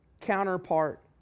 counterpart